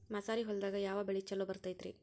ಮಸಾರಿ ಹೊಲದಾಗ ಯಾವ ಬೆಳಿ ಛಲೋ ಬರತೈತ್ರೇ?